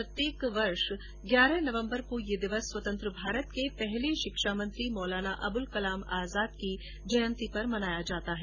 प्रत्येक वर्ष ग्यारह नवम्बर को यह दिवस स्वतंत्र भारत के पहले शिक्षा मंत्री मौलाना अबुल कलाम आजाद की जयंती पर मनाया जाता है